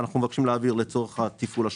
ואנחנו מבקשים להעביר לצורך התפעול השוטף.